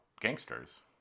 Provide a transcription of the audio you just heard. gangsters